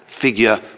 figure